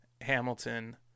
hamilton